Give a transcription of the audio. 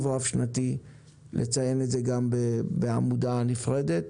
רב-שנתי לציין גם את זה בעמודה נפרדת.